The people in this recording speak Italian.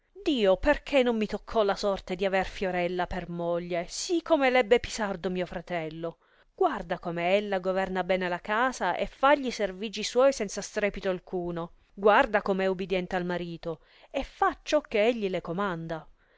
dio perchè non mi toccò la sorte di aver fiorella per moglie sì come ebbe pisardo mio fratello guarda come ella governa bene la casa e fa gli servigi suoi senza strepito alcuno guarda come è ubidiente al marito e fa ciò che egli le comanda